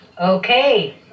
okay